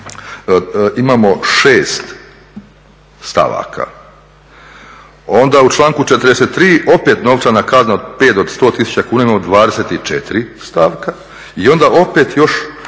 imamo 6 stavaka. Onda u članku 43. opet novčana kazna od 5 do 100 tisuća kuna, imamo 24 stavka i onda opet još